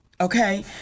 okay